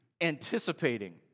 anticipating